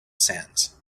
sands